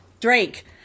Drake